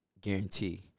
Guarantee